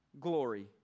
glory